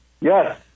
yes